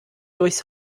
durchs